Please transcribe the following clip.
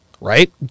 Right